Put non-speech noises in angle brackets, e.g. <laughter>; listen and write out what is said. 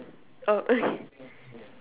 oh okay <laughs>